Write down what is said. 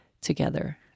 together